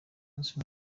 munsi